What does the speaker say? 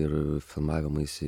ir filmavimaisi